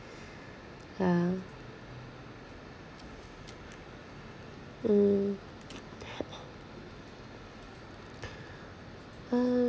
!huh! mm uh